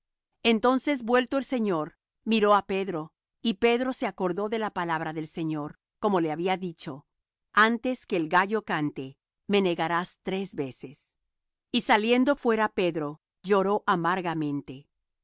entonces vuelto el señor miró á pedro y pedro se acordó de la palabra del señor como le había dicho antes que el gallo cante me negarás tres veces y saliendo fuera pedro lloró amargamente